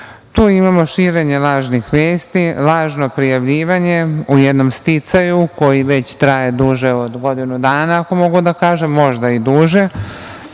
Tu imamo širenje lažnih vesti, lažno prijavljivanje u jednom sticaju koji već traje duže od godinu dana, ako mogu da kažem, možda i duže.